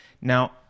Now